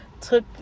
took